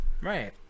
Right